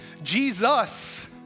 Jesus